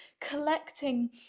collecting